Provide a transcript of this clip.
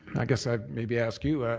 i guess i'd maybe ask you.